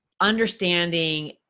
understanding